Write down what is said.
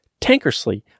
Tankersley